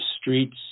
streets